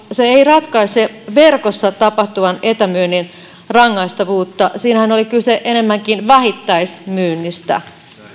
ei ratkaise verkossa tapahtuvan etämyynnin rangaistavuutta siinähän oli kyse enemmänkin vähittäismyynnistä